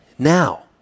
Now